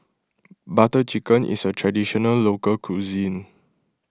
Butter Chicken is a Traditional Local Cuisine